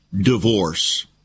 divorce